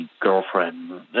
girlfriend